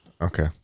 okay